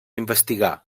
investigar